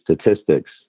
statistics